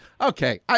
Okay